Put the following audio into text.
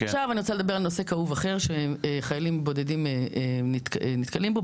עכשיו אני רוצה לדבר על נושא כאוב אחר שחיילים בודדים נתקלים בו.